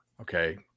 Okay